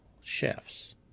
chefs